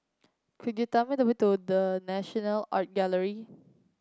could you tell me the way to The National Art Gallery